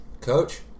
coach